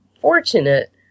fortunate